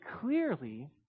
clearly